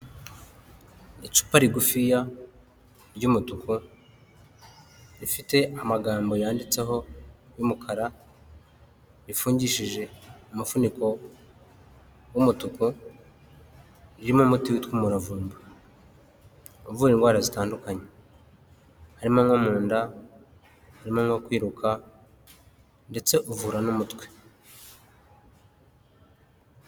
Icupa rigufiya ry'umutuku rifite amagambo yanditseho y'umukara rifungishije umufuniko w'umutuku, ririmo umuti witwa umuravumba uvura indwara zitandukanye harimo nko mu nda harimo nko kwiruka ndetse uvura n'umutwe.